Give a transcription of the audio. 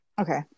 Okay